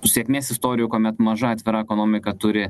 sėkmės istorijų kuomet maža atvira ekonomika turi